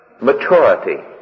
maturity